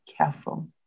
careful